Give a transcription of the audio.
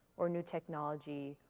or new technology,